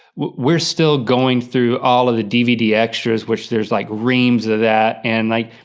we're still going through all of the dvd extras which there's like reams of that, and like,